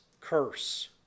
curse